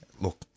Look